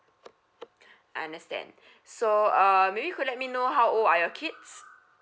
I understand so uh maybe you could let me know how old are your kids